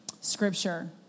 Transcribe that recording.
Scripture